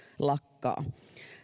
lakkaa